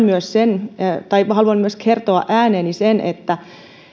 myös ryhtyvät toisaalta haluan myös kertoa ääneen sen että